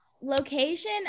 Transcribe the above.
location